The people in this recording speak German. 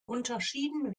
unterschieden